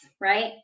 right